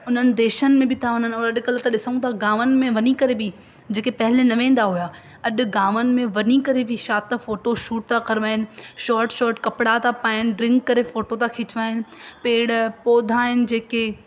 उन्हनि देशनि में बि था वञनि ऐं अॼुकल्ह ॾिसूं था गांवनि में वञी करे बि जेके पहले न वेंदा हुया अॼु गांवनि में वञी करे बि छा त फोटो शूट था करवाइनि शॉट शॉट कपिड़ा था पाइनि ड्रिंक करे फोटो था खिचवाइनि पेड़ पौधा आहिनि जेके